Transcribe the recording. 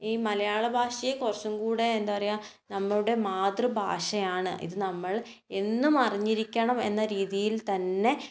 ഈ മലയാള ഭാഷയെ കുറച്ചും കൂടി എന്താ പറയുക നമ്മുടെ മാതൃഭാഷയാണ് ഇത് നമ്മൾ എന്നും അറിഞ്ഞിരിക്കണം എന്ന രീതിയിൽ തന്നെ